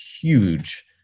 huge